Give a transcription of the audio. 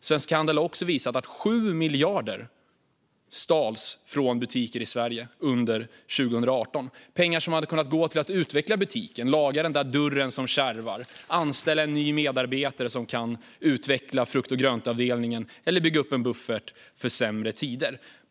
Svensk Handel har också visat att 7 miljarder stals från butiker i Sverige under 2018 - pengar som hade kunnat gå till att utveckla butiken, laga den där dörren som kärvar, anställa en ny medarbetare som kan utveckla frukt-och-grönt-avdelningen eller bygga upp en buffert för sämre tider.